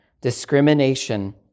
discrimination